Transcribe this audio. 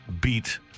beat